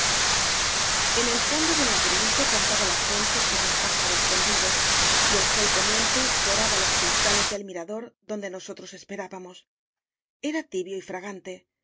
en el fondo del laberinto cantaba la fuente como un pájaro escondido y el sol poniente doraba los cristales del mirador donde nos otros esperábamos era tibio y fragante